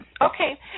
Okay